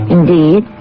Indeed